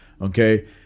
okay